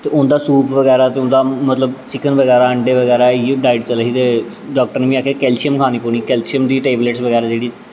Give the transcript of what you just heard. ते उं'दा सूप बगैरा ते उं'दा मतलब चिकन बगैरा अंडे बगैरा इयै डाईट चला दी ही ते डाक्टर ने मीं आखेआ कैल्शियम खानी पौनी कैल्शियम दी टेवल्टस बगैरा